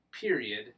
period